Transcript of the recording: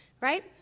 right